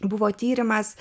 buvo tyrimas